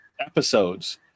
episodes